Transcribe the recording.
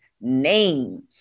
name